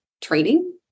training